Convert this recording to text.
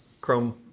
Chrome